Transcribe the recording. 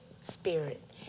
spirit